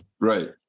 Right